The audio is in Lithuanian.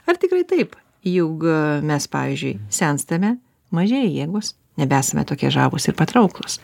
ar tikrai taip jaug mes pavyzdžiui senstame mažėja jėgos nebeesame tokie žavūs ir patrauklūs